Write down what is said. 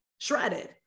Shredded